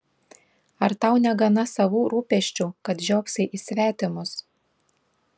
ar tau negana savų rūpesčių kad žiopsai į svetimus